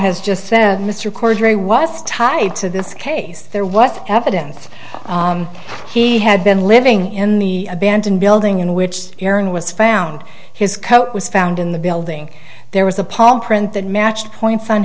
has just said mr cordray was tied to this case there what evidence he had been living in the abandoned building in which erin was found his coat was found in the building there was a palm print that matched points on